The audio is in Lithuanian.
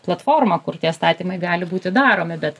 platforma kur tie statymai gali būti daromi bet